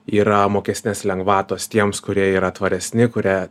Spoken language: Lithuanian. yra mokestinės lengvatos tiems kurie yra tvaresni kurie